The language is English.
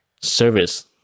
service